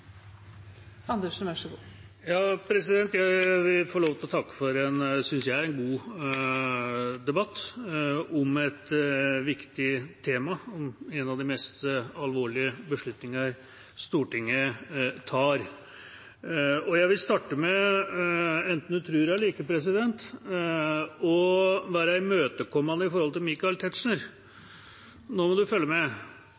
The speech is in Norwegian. Jeg vil få lov til å takke for en – synes jeg – god debatt om et viktig tema, en av de mest alvorlige beslutninger Stortinget tar. Jeg vil starte med – enten du tror det eller ikke, president – å være imøtekommende overfor Michael Tetzschner.